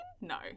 no